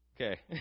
Okay